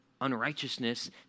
unrighteousness